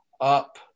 up